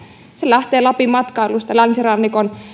se lähtee lapin matkailusta länsirannikon